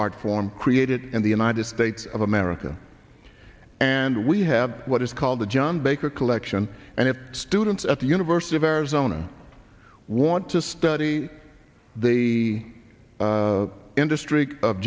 art form created in the united states of america and we have what is called the john baker collection and if students at the university of arizona want to study they the industry of